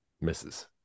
misses